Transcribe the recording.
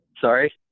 sorry